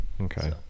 Okay